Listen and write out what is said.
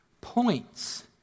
points